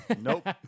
Nope